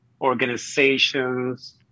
organizations